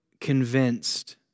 convinced